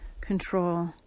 control